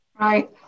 Right